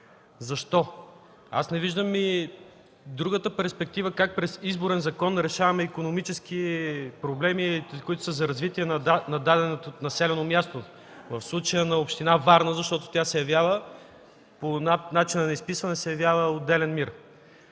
Защо? Не виждам и другата перспектива – как през Изборен закон решаваме икономически проблеми за развитие на даденото населено място. В случая – на община Варна, защото по начина на изписване тя се явява отделен МИР.